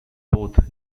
both